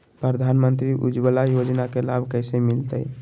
प्रधानमंत्री उज्वला योजना के लाभ कैसे मैलतैय?